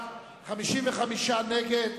נגד,